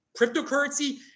Cryptocurrency